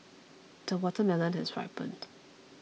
the watermelon has ripened